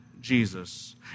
Jesus